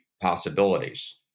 possibilities